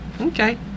Okay